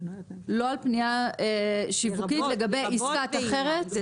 לא על פנייה שיווקית לגבי עסקה אחרת?